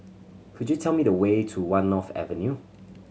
could you tell me the way to One North Avenue